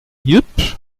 yupp